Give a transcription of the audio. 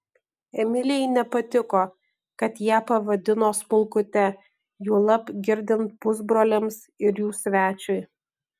emilijai nepatiko kad ją pavadino smulkute juolab girdint pusbroliams ir jų svečiui